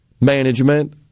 management